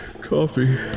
coffee